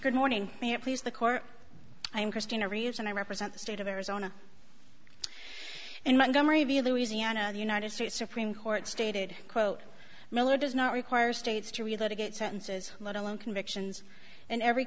good morning here please the court i am christina reeves and i represent the state of arizona in montgomery v louisiana the united states supreme court stated quote miller does not require states to really get sentences let alone convictions in every